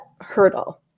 hurdle